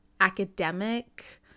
academic